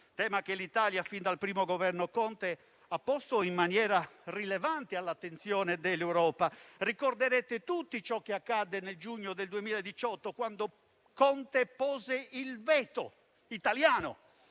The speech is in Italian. tema che l'Italia, fin dal primo Governo Conte, ha posto in maniera rilevante all'attenzione dell'Europa. Ricorderete tutti ciò che accadde nel giugno 2018, quando Conte pose il veto italiano